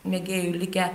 mėgėjų likę